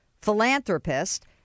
philanthropist